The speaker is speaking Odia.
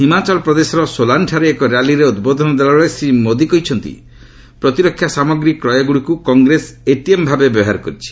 ହିମାଚଳପ୍ରଦେଶର ସୋଲାନ୍ଠାରେ ଏକ ର୍ୟାଲିରେ ଉଦ୍ବୋଧନ ଦେଲାବେଳେ ଶ୍ରୀ ମୋଦି କହିଛନ୍ତି ପ୍ରତିରକ୍ଷା ସାମଗ୍ରୀ କ୍ରୟଗୁଡ଼ିକୁ କଂଗ୍ରେସ ଏଟିଏମ୍ ଭାବେ ବ୍ୟବହାର କରିଛି